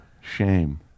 Shame